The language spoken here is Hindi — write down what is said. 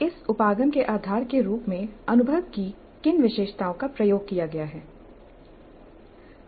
इस उपागम के आधार के रूप में अनुभव की किन विशेषताओं का प्रयोग किया गया है